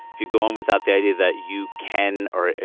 if you go on without the idea that you can or,